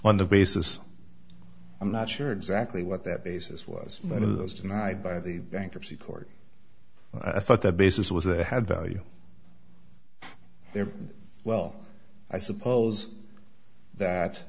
on the basis i'm not sure exactly what that basis was one of those denied by the bankruptcy court i thought the basis was it had value there well i suppose that